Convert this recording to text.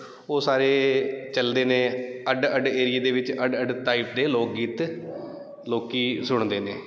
ਉਹ ਸਾਰੇ ਚਲਦੇ ਨੇ ਅੱਡ ਅੱਡ ਏਰੀਏ ਦੇ ਵਿੱਚ ਅੱਡ ਅੱਡ ਟਾਈਪ ਦੇ ਲੋਕ ਗੀਤ ਲੋਕ ਸੁਣਦੇ ਨੇ